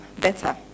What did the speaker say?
better